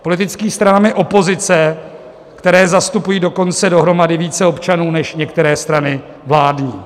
Politickými stranami opozice, které zastupují dokonce dohromady více občanů než některé strany vládní.